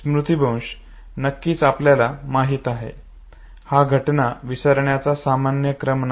स्मृतीभ्रंश नक्कीच आपल्याला माहित आहे हा घटना विसरण्याचा सामान्य क्रम नाही